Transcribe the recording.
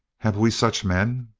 have we such men?